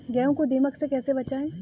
गेहूँ को दीमक से कैसे बचाएँ?